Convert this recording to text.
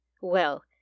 Well